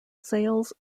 sales